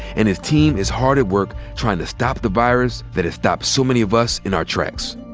and his team is hard at work trying to stop the virus that has stopped so many of us in our tracks.